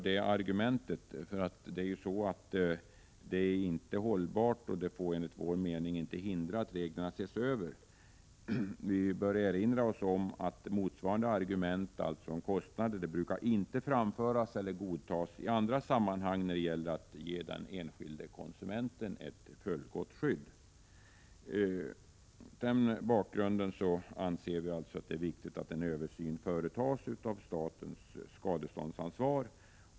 Det argumentet är inte hållbart och får enligt min mening inte hindra att reglerna ses över. Det kan erinras om att motsvarande argument om kostnader inte brukar framföras eller godtas i andra sammanhang när det gäller att ge den enskilde konsumenten ett fullgott skydd. Mot den bakgrunden anser jag det viktigt att det görs en översyn av statens skadeståndsansvar.